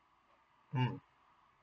mm yeah